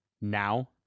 now